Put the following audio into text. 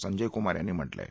संजय कुमार यांनी म्हाळि आहे